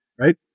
right